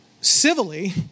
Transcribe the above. civilly